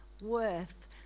worth